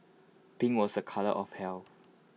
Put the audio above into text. pink was A colour of health